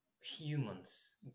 humans